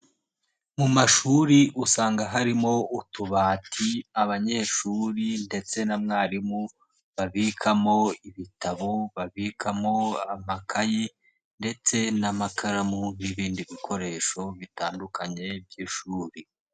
Mu mashuri usanga harimo utubati. Abanyeshuri ndetse na mwarimu babikamo ibitabo, babikamo amakayi ndetse n'amakaramu n'ibindi bikoresho bitandukanye by'ishuri.